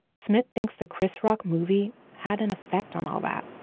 smith thinks the chris rock movie had an effect on all that